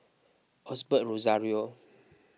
Osbert Rozario